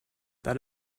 that